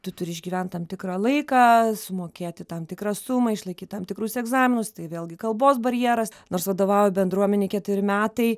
tu turi išgyvent tam tikrą laiką sumokėti tam tikrą sumą išlaikyt tam tikrus egzaminus tai vėlgi kalbos barjeras nors vadovauju bendruomenei keturi metai